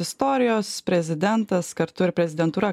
istorijos prezidentas kartu ir prezidentūra